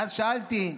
ואז שאלתי: